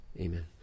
amen